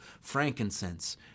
frankincense